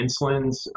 insulins